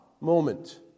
moment